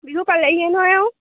বিহু পালেহিয়ে নহয় আৰু